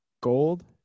gold